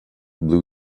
blue